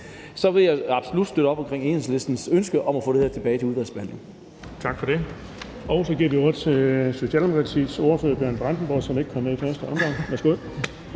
Så jeg vil absolut støtte op omkring Enhedslistens ønske om at få det her tilbage til udvalget. Kl.